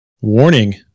warning